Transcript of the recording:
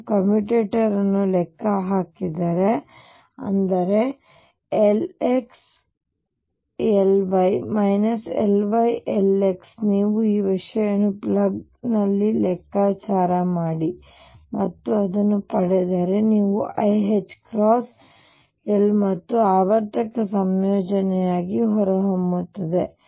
ನೀವು ಕಮ್ಯುಟೇಟರ್ ಅನ್ನು ಲೆಕ್ಕ ಹಾಕಿದರೆ ಅಂದರೆLx Ly Ly Lx ನೀವು ಈ ವಿಷಯಗಳನ್ನು ಪ್ಲಗ್ ನಲ್ಲಿ ಲೆಕ್ಕಾಚಾರ ಮಾಡಿ ಮತ್ತು ಅದನ್ನು ಪಡೆದರೆ ಇದು iℏL ಮತ್ತು ಆವರ್ತಕ ಸಂಯೋಜನೆಯಾಗಿ ಹೊರಹೊಮ್ಮುತ್ತದೆ